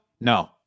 No